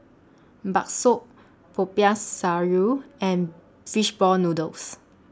Bakso Popiah Sayur and Fishball Noodles